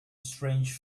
strange